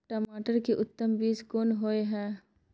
टमाटर के उत्तम बीज कोन होय है?